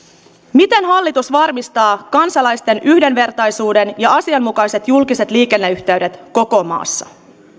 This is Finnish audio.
miten hallitus varmistaa kansalaisten yhdenvertaisuuden ja asianmukaiset julkiset liikenneyhteydet koko maassa